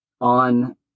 on